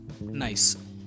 Nice